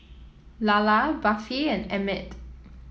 Lalla Buffy and Emmett